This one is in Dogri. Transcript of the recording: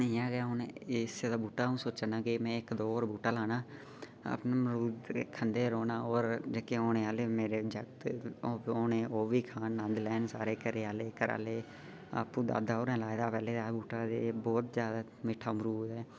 इयां गै हुन एह् एस्स दा बूह्टा हुन सोचा दा के मैं एक दो और बूह्टा लाना मरूर खंदे रौहना और जेह्के औने आह्ले मेरे जागत होने ओह् बी खान नन्द लैन सारे घरे आह्ले घरा आह्ले आपूं दादा होरें लाए दा पैहले दा हा बूह्टा ते बहुत ज्यादा मिट्ठा मरूद ऐ